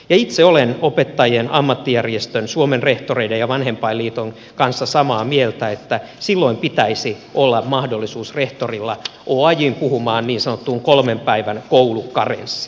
itse olen opettajien ammattijärjestön suomen rehtoreiden ja vanhempainliiton kanssa samaa mieltä että silloin pitäisi olla mahdollisuus rehtorilla oajn puhumaan niin sanottuun kolmen päivän koulukarenssiin